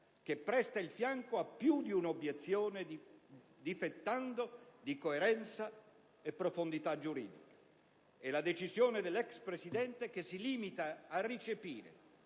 che presta il fianco a più di un'obiezione, difettando di coerenza e profondità giuridica, e la decisione dell'ex Presidente, che si limita a recepire